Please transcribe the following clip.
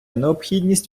необхідність